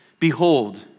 Behold